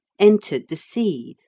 entered the sea,